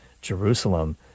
Jerusalem